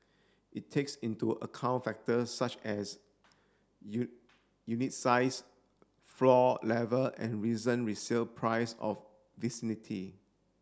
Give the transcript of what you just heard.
it takes into account factors such as unit size floor level and reason resale price of vicinity